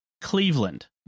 Cleveland